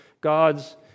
God's